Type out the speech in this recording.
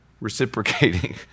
reciprocating